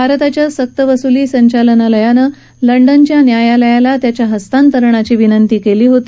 भारताच्या सक्तवसुली संचालनालयानं लंडनच्या न्यायालयाला त्याच्या हस्तांतरणाची विनंती केली होती